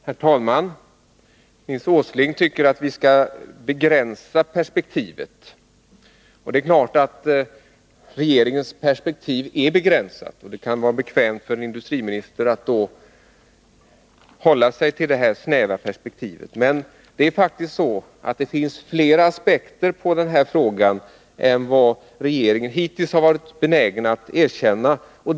Herr talman! Nils Åsling tycker att vi skall begränsa perspektivet. Det är klart att regeringens perspektiv är begränsat, och det kan vara bekvämt för industriministern att då hålla sig till det snäva perspektivet. Men det är faktiskt så, att det finns flera aspekter på den här frågan än vad regeringen hittills har varit benägen att erkänna.